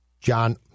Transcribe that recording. John